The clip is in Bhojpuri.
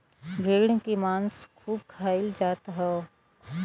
भेड़ के मांस खूब खाईल जात हव